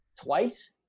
twice